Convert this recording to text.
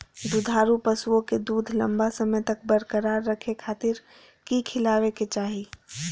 दुधारू पशुओं के दूध लंबा समय तक बरकरार रखे खातिर की खिलावे के चाही?